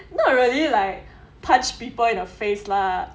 not really like punch people in the face lah